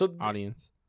audience